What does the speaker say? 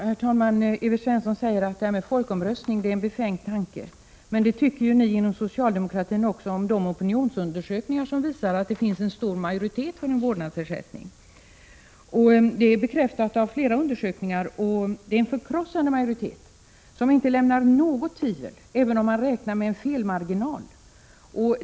Herr talman! Evert Svensson säger att det är en befängd tanke att ordna en folkomröstning. Men ni inom socialdemokratin tycker ju att också de opinionsundersökningar som visar att det finns en stor majoritet för vårdnadsersättning är befängda. Att så är fallet är bekräftat av flera undersökningar. Även om man räknar med en felmarginal är det en förkrossande majoritet, som inte ger utrymme för något tvivel, som vill ha vårdnadsersättning.